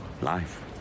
Life